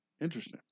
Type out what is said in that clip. interesting